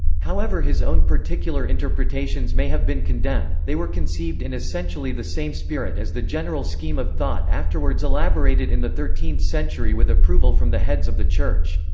however his own particular interpretations may have been condemned, they were conceived in essentially the same spirit as the general scheme of thought afterwards elaborated in the thirteenth century with approval from the heads of the church.